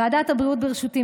ועדת הבריאות בראשותי,